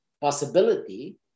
possibility